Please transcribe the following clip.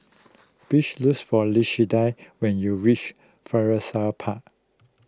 please looks for Lashunda when you reach Florissa Park